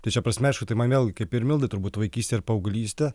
tai šia prasme aišku tai man vėl kaip ir mildai turbūt vaikystė ir paauglystė